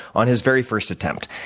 on his very first attempt.